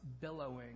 billowing